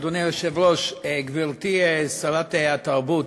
אדוני היושב-ראש, גברתי שרת התרבות